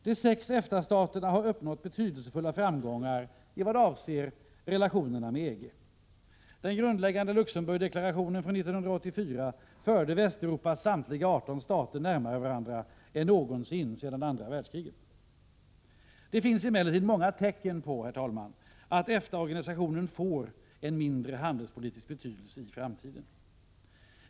De sex EFTA-staterna har uppnått betydelsefulla framgångar i vad avser relationerna med EG. Den grundläggande Luxemburgdeklarationen från 1984 förde Västeuropas samtliga 18 stater närmare varandra än någonsin sedan andra världskriget. Det finns emellertid många tecken på att EFTA organisationen får en mindre handelspolitisk betydelse i framtiden.